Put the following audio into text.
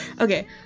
Okay